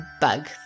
bug